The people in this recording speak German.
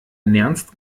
nernst